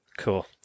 Cool